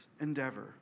endeavor